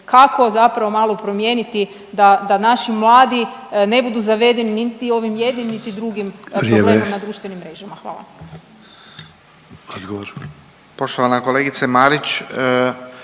kako zapravo malo promijeniti da naši mladi ne budu zavedeni niti ovim jednim niti drugom problemom …/Upadica